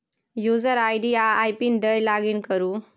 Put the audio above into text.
user ID आ आइ PIN दए लागिन करु